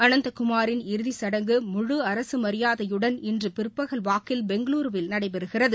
அனந்தகுமாரின் இறதிச்சடங்கு முழு அரசு மரியாதையுடன் இன்று பிற்பகல் வாக்கில் பெங்களூருவில் நடைபெறுகிறது